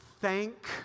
thank